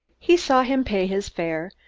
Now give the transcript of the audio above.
he saw him pay his fare,